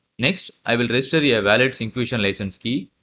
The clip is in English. next i will register a yeah valid syncfusion license key.